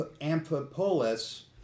Amphipolis